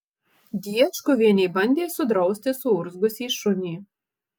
diečkuvienė bandė sudrausti suurzgusį šunį